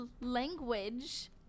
Language